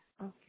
Okay